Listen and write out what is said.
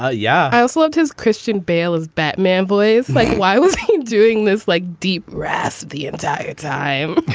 ah yeah. i also loved his christian bale as batman voice. like, why was he doing this like deep grass the entire time?